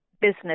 business